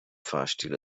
fahrstil